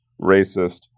racist